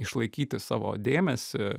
išlaikyti savo dėmesį